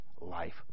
life